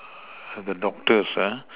the doctors